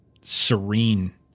serene